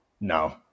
No